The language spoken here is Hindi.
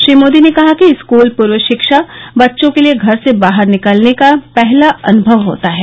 श्री मोदी ने कहा कि स्कूल पूर्व शिक्षा बच्चों के लिए घर से बाहर निकलने का पहला अनुभव होता है